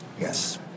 Yes